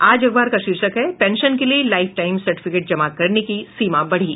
आज अखबार का शीर्षक है पेंशन के लिये लाइफ सर्टिफिकेट जमा करने की सीमा बढ़ी